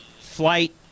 flight